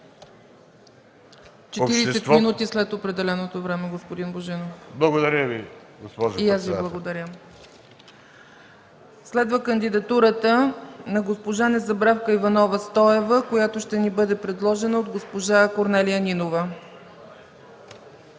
Благодаря Ви, господин